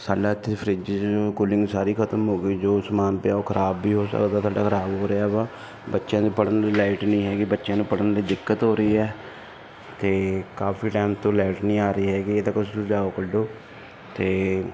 ਸਾਡਾ ਇੱਥੇ ਫਰਿਜ 'ਚ ਕੂਲਿੰਗ ਸਾਰੀ ਖਤਮ ਹੋਗੀ ਜੋ ਸਮਾਨ ਪਿਆ ਉਹ ਖਰਾਬ ਵੀ ਹੋ ਸਕਦਾ ਸਾਡਾ ਖਰਾਬ ਹੋ ਰਿਹਾ ਵਾ ਬੱਚਿਆਂ ਦੇ ਪੜ੍ਹਨ ਲਈ ਲੈਟ ਨਹੀਂ ਹੈਗੀ ਬੱਚਿਆਂ ਨੂੰ ਪੜ੍ਹਨ ਲਈ ਦਿੱਕਤ ਹੋ ਰਹੀ ਹੈ ਅਤੇ ਕਾਫ਼ੀ ਟੈਮ ਤੋਂ ਲੈਟ ਨਹੀਂ ਆ ਰਹੀ ਹੈਗੀ ਇਹਦਾ ਕੋਈ ਸੁਝਾਓ ਕੱਢੋ ਅਤੇ